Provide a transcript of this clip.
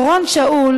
אורון שאול